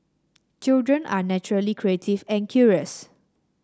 children are naturally creative and curious